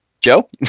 Joe